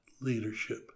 leadership